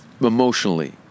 Emotionally